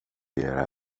göra